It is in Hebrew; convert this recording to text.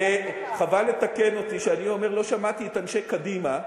חבל לתקן אותי כשאני אומר: לא שמעתי את אנשי קדימה.